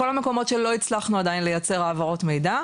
בכל המקומות שלא הצלחנו עדיין לייצר העברות מידע,